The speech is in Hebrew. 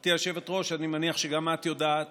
גברתי היושבת-ראש, אני מניח שגם את יודעת